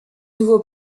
nouveau